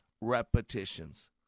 repetitions